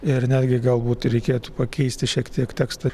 ir netgi galbūt reikėtų pakeisti šiek tiek tekstą